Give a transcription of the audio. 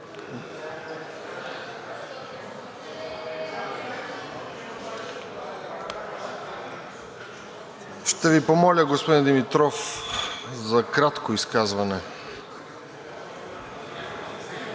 Ще Ви помоля, господин Димитров, за кратко изказване.